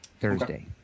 Thursday